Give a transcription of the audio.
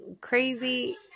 crazy